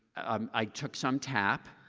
um i took some tap.